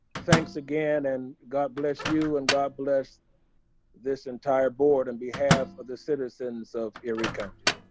thanks again, and god bless you, and god bless this entire board and behalf of the citizens of erie county.